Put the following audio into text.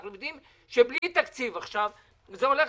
אנחנו יודעים שבלי תקציב עכשיו זה הולך